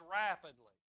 rapidly